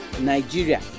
Nigeria